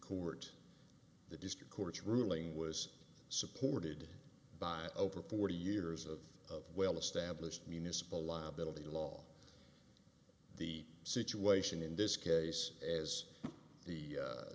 court the district court's ruling was supported by over forty years of well established municipal liability law the situation in this case as the